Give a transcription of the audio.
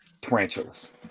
tarantulas